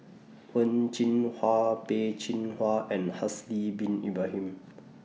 Wen Jinhua Peh Chin Hua and Haslir Bin Ibrahim